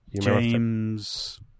James –